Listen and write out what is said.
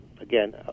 Again